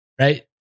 right